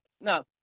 Now